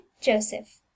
joseph